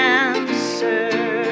answer